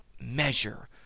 measure